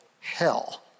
Hell